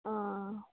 অঁ